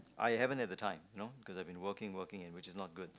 I haven't had the time you know because I have been working working and which is not good